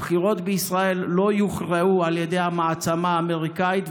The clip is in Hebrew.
הבחירות בישראל לא יוכרעו על ידי המעצמה האמריקנית,